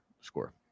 score